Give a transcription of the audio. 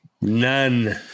none